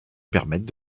permettre